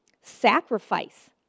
sacrifice